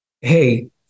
hey